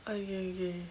ookay ookay